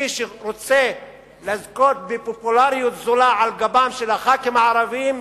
מי שרוצה לזכות בפופולריות זולה על גבם של חברי הכנסת הערבים,